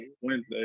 Wednesday